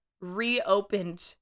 reopened